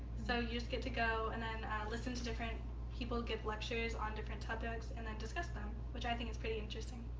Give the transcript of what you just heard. so you just get to go and then listen to different people give lectures on different topics, and then discuss them, which i think is pretty interesting.